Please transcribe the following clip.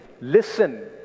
Listen